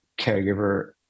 caregiver